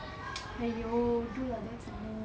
!aiyo! do like that some more